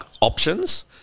options